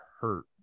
hurt